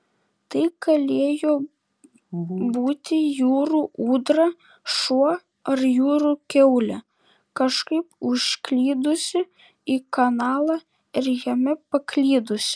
tai galėjo būti jūrų ūdra šuo ar jūrų kiaulė kažkaip užklydusi į kanalą ir jame paklydusi